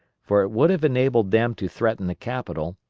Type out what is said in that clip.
for it would have enabled them to threaten the capital,